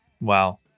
Wow